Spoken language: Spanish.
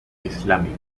islámico